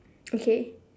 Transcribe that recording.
okay